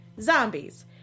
zombies